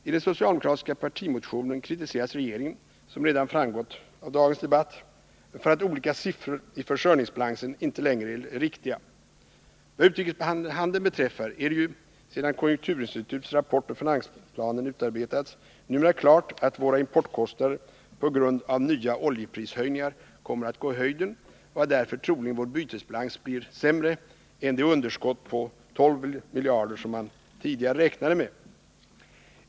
I den socialdemokratiska partimotionen kritiseras regeringen, som redan framgått av dagens debatt, för att olika siffror i försörjningsbalansen inte längre är riktiga. Vad utrikeshandeln beträffar är det ju, sedan konjunkturinstitutets rapport och finansplanen utarbetats, numera klart att våra importkostnader på grund av nya oljeprishöjningar kommer att gå i höjden och att vår bytesbalans därför troligen blir sämre än det underskott på 12 miljarder som man tidigare räknade med.